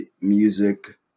music